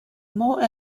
more